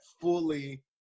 fully